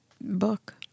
book